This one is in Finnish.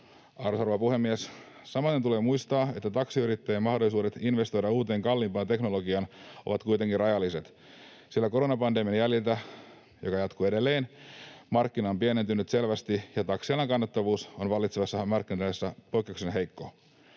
rouva puhemies! Samoiten tulee muistaa, että taksiyrittäjien mahdollisuudet investoida uuteen, kalliimpaan teknologiaan ovat kuitenkin rajalliset, sillä koronapandemian jäljiltä, joka jatkuu edelleen, markkina on pienentynyt selvästi, ja taksialan kannattavuus on vallitsevassa markkinatilanteessa poikkeuksellisen heikko.